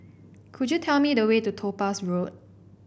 could you tell me the way to Topaz Road